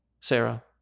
Sarah